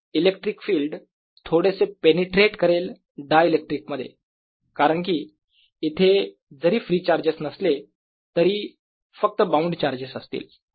electric field थोडेसे penetrate करेल dielectric मध्ये कारण की इथे जरी फ्री चार्जेस नसले तरी फक्त बाउंड चार्जेस असतील